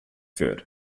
wird